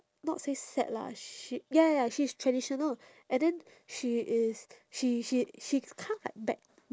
not say sad lah she ya ya ya she's traditional and then she is she she she kind of like bad